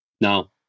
Now